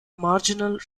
marginal